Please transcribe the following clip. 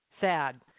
sad